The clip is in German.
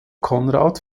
konrad